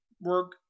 work